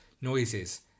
noises